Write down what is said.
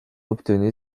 obtenu